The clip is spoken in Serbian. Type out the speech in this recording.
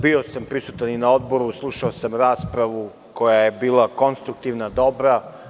Bio sam prisutan i na Odboru i slušao sam raspravu koja je bila konstruktivna i dobra.